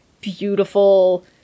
beautiful